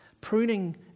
Pruning